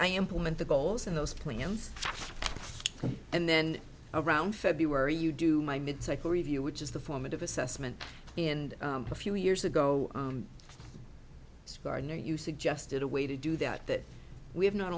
i implement the goals in those plans and then around february you do my mid cycle review which is the formative assessment and a few years ago so far no you suggested a way to do that that we have not